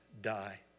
die